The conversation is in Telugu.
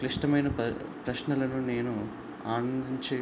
క్లిష్టమైన ప్రశ్నలను నేను ఆనందించే